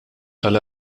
tal